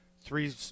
Three